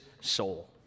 soul